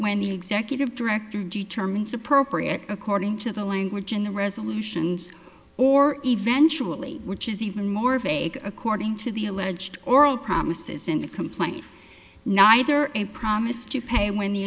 the executive director determines appropriate according to the language in the resolutions or eventually which is even more vague according to the alleged oral promises in the complaint neither a promise to pay when the